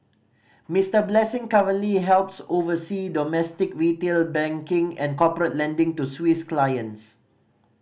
Mister Blessing currently helps oversee domestic retail banking and corporate lending to Swiss clients